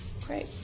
Great